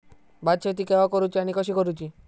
भात शेती केवा करूची आणि कशी करुची?